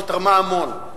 שתרמה המון,